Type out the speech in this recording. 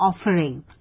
offering